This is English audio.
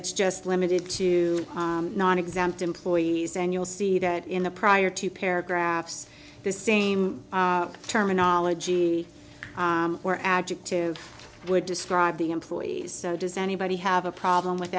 it's just limited to nonexempt employees and you'll see that in the prior two paragraphs the same terminology or adjective would describe the employees so does anybody have a problem with